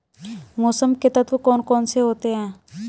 मौसम के तत्व कौन कौन से होते हैं?